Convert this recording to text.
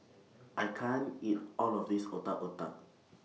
I can't eat All of This Otak Otak